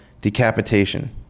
decapitation